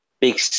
big